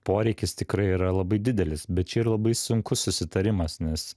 poreikis tikrai yra labai didelis bet čia yra labai sunkus susitarimas nes